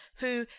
who,